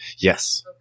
Yes